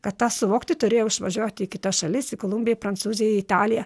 kad tą suvokti turėjau išvažiuoti į kitas šalis į kolumbiją į prancūziją į italiją